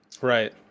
Right